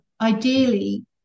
ideally